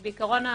בעיקרון,